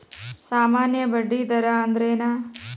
ಸಾಮಾನ್ಯ ಬಡ್ಡಿ ದರ ಅಂದ್ರೇನ?